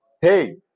Hey